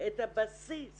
את הבסיס